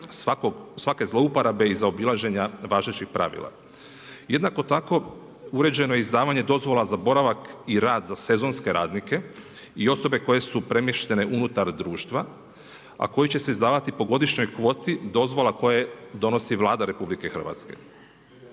svake zlouporabe i zaobilaženja važećih pravila. Jednako tako uređeno je izdavanje dozvola za boravak i rad za sezonske radnike i osobe koje su premještene unutar društva a koje će se izdavati po godišnjoj kvoti dozvola koje donosi Vlada RH osim